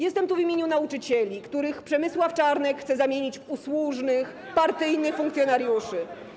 Jestem tu w imieniu nauczycieli, których Przemysław Czarnek chce zamienić w usłużnych, partyjnych funkcjonariuszy.